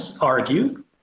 argue